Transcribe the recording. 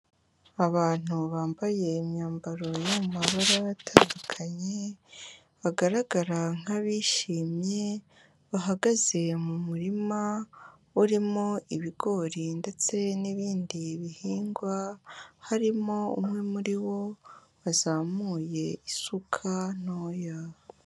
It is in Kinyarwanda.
Abantu bambaye imyambaro, yo mu mabara batandukanye, bagaragara nk'abishimye, bahagaze mu murima, urimo ibigori ndetse n'ibindi bihingwa, harimo umwe muri bo wazamuye isuka ntoya.